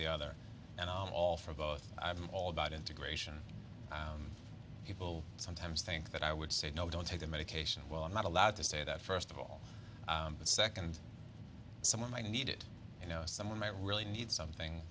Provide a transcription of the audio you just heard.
the other and all for both i'm all about integration people sometimes think that i would say no don't take the medication well i'm not allowed to say that first of all the second someone might need it you know someone might really need something